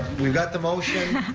we've got the motion,